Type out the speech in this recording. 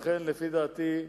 לכן, לפי דעתי,